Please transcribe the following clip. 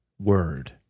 Word